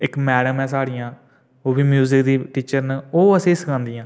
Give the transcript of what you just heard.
इक मैडम ऐ साढ़ियां ओह् बी म्यूजिक दी टीचर न ओह् असें ई सखांदियां